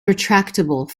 retractable